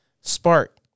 spark